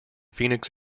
phoenix